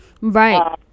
Right